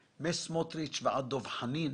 - מסמוטריץ' עד דב חנין,